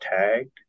tagged